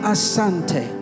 Asante